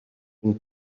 une